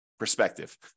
perspective